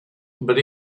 but